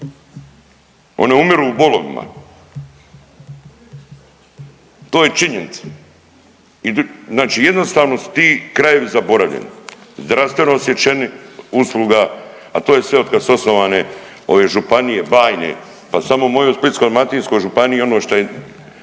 One umiru u bolovima. To je činjenica. Znači jednostavno su ti krajevi zaboravljeni, zdravstveno odsječeni, usluga a to je sve od kad su osnovane ove županije bajne. Pa samo u mojoj Splitsko-dalmatinskoj županiji ono šta je,